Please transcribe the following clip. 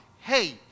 Hey